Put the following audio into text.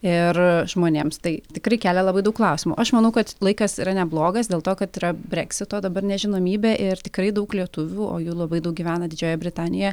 ir žmonėms tai tikrai kelia labai daug klausimų aš manau kad laikas yra neblogas dėl to kad yra breksito dabar nežinomybė ir tikrai daug lietuvių o jų labai daug gyvena didžiojoje britanijoje